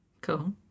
Cool